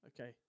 Okay